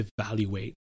evaluate